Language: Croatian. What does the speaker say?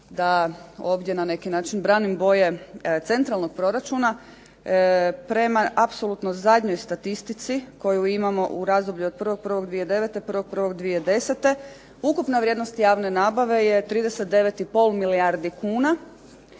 da ovdje na neki način branim boje centralnog proračuna, prema apsolutno zadnjoj statistici koju imamo u razdoblju 1.1. 2009 i 1. 1. 2010. ukupna vrijednost javne nabave je 39,5 milijardi kuna,